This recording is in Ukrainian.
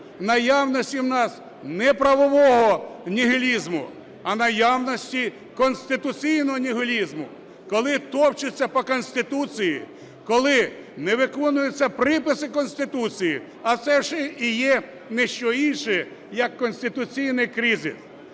наявності у нас не правового нігілізму, а наявності конституційного нігілізму, коли топчуться по Конституції, коли не виконуються приписи Конституції. А це ж і є не що інше, як конституційний кризис.